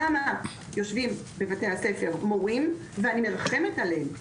למה יושבים בבתי הספר מורים ואני מרחמת עליהם,